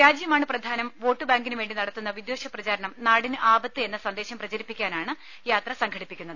രാജ്യമാണ് പ്രധാനം വോട്ട്ബാ ങ്കിനുവേണ്ടി നടത്തുന്ന വിദ്ധേഷ പ്രചാരണം നാടിന് ആപത്ത് എന്ന സന്ദേശം പ്രചരിപ്പിക്കാനാണ് യാത്ര സംഘടിപ്പിക്കുന്നത്